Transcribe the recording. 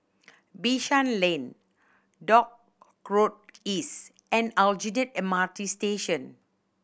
Bishan Lane Dock Road East and Aljunied M R T Station